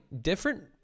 different